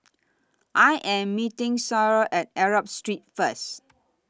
I Am meeting Cyril At Arab Street First